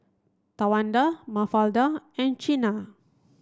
Tawanda Mafalda and Chyna